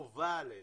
חובה עלינו,